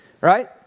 right